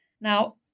Now